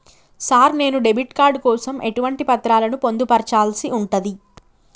Sir నేను debit card కోసం ఎటువంటి పత్రాలను పొందుపర్చాల్సి ఉంటది?